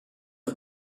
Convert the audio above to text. not